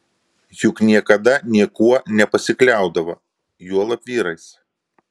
juk niekada niekuo nepasikliaudavo juolab vyrais